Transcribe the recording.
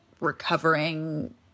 recovering